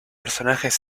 personajes